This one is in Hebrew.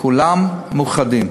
כולם מאוחדים: